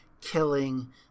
killing